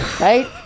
right